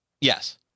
Yes